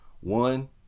One